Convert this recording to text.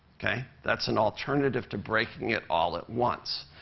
okay? that's an alternative to breaking it all at once.